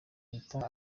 ahita